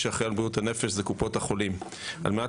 אחראיות על בריאות הנפש מאז 2015. על מנת